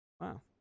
Wow